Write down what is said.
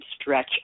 stretch